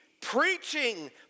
preaching